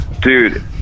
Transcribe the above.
Dude